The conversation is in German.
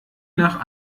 nach